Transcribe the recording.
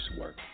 work